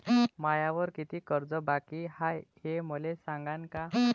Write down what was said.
मायावर कितीक कर्ज बाकी हाय, हे मले सांगान का?